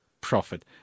Profit